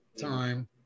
time